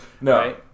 No